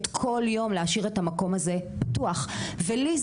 כל יום להשאיר את המקום הזה פתוח וליזה,